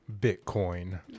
bitcoin